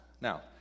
Now